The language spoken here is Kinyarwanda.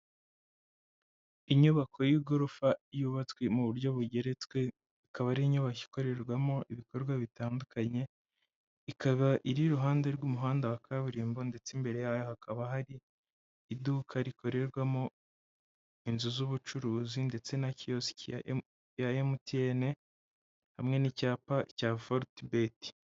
Inyubako y'igorofa yubatswe mu buryo bugeretswe, ikaba ari inyubako ikorerwamo ibikorwa bitandukanye, ikaba iri iruhande rw'umuhanda wa kaburimbo ndetse imbere yayo hakaba hari iduka rikorerwamo inzu z'ubucuruzi ndetse na kiyosike ya MTN, hamwe n'icyapa cya forute beti.